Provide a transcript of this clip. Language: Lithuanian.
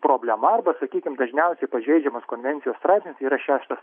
problema arba sakykim dažniausiai pažeidžiamas konvencijos straipsnis tai ar yra šeštas